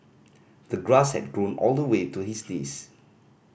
the grass had grown all the way to his knees